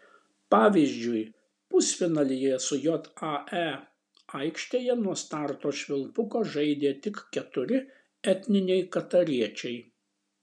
pavyzdžiui pusfinalyje su jae aikštėje nuo starto švilpuko žaidė tik keturi etniniai katariečiai